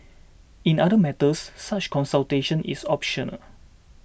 in other matters such consultation is optional